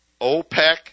OPEC